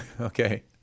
okay